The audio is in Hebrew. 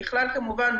ככלל כמובן,